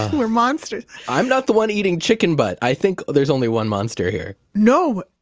we're monsters i'm not the one eating chicken butt. i think there's only one monster here no.